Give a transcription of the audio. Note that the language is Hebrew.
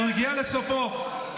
אמרתי אתמול שהוא הגיע לסופו,